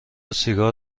سیگار